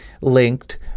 linked